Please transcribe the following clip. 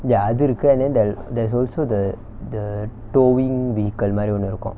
ya அது இருக்கு:athu irukku and then the there's also the the towing vehicle மாரி ஒன்னு இருக்கு:maari onnu irukku